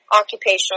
Occupational